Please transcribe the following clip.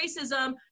racism